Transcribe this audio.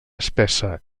espessa